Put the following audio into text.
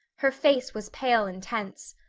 her face was pale and tense.